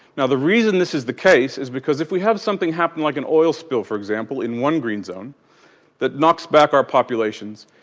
now the reason this is the case is because if we have something happen like an oil spill for example, in one green zone that knocks back our populations,